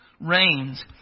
reigns